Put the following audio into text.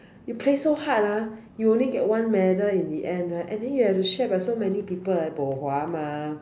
you play so hard ah you only get one medal in the end right and then you need to share by so many people bo hua mah